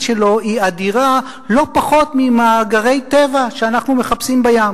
שלו היא אדירה לא פחות ממאגרי טבע שאנחנו מחפשים בים.